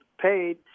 paid